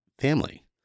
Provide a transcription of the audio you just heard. family